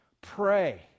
pray